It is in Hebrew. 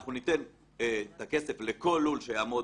אנחנו ניתן את הכסף לכל לול שיעמוד